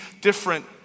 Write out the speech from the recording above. different